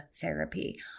therapy